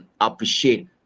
appreciate